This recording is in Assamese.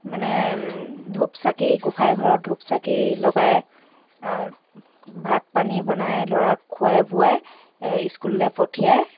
মানে ধূপ চাকি গোঁসাই ঘৰত ধূপ চাকি লগাই ভাত পানী বনাই ল'ৰাক খোৱাই বোৱাই স্কুললে পঠিয়াই